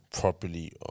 properly